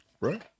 Right